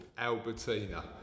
Albertina